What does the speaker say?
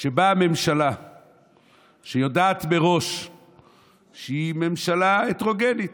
שבאה ממשלה שיודעת מראש שהיא ממשלה הטרוגנית,